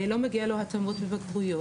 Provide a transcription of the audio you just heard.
לא מגיע לו התאמות בבגרויות,